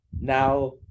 now